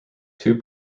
two